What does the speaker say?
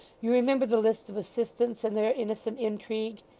you remember the list of assistants in their innocent intrigue?